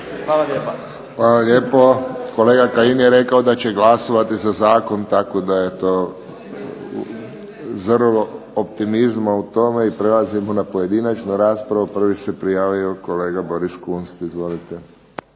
Josip (HSS)** Hvala lijepo. Kolega Kajin je rekao da će glasovati za zakon, tako da je to zrno optimizma u tome. Prelazimo na pojedinačnu raspravu, prvi se prijavio kolega Boris Kunst. Izvolite.